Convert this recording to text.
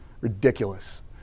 Ridiculous